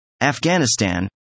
Afghanistan